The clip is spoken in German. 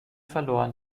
verloren